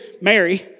Mary